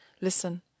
listen